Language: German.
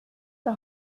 der